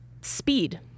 speed